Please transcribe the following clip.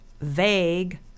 vague